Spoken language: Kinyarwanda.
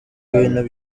ibintu